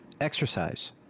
exercise